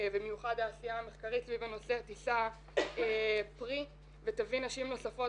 במיוחד העשייה המחקרית סביב הנושא תישא פרי ותביא נשים נוספות